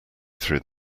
through